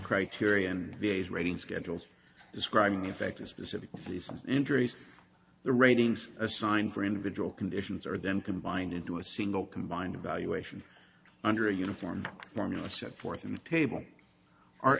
criterion vs rating schedules describing the effect of specific for these injuries the ratings assigned for individual conditions are then combined into a single combined evaluation under a uniform formula set forth in the table are